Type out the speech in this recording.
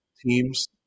teams